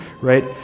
right